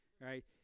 right